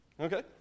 Okay